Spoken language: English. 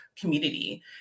community